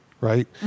right